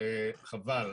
וחבל.